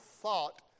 thought